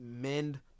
mend